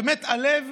ובאמת הלב